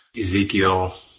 Ezekiel